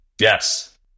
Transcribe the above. Yes